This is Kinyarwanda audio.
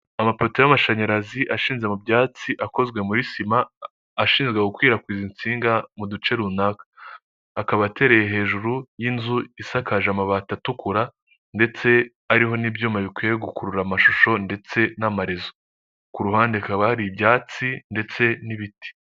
Amapoto y'amashanyarazi ashinze mu byatsi akozwe muri sima, ashinzwe gukwirakwiza insinga mu duce runaka; hakaba atereye hejuru y'inzu isakaje amabati atukura, ndetse ariho n'ibyuma bikwiye gukurura amashusho ndetse n'amarezo, ku ruhande hakaba hari ibyatsi ndetse n'ibiti.